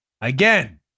Again